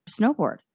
snowboard